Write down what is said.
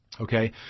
Okay